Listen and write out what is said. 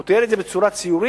הוא תיאר את זה בצורה ציורית: